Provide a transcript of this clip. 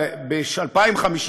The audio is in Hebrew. ב-2050,